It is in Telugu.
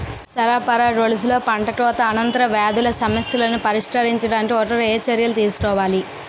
సరఫరా గొలుసులో పంటకోత అనంతర వ్యాధుల సమస్యలను పరిష్కరించడానికి ఒకరు ఏ చర్యలు తీసుకోవాలి?